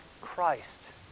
Christ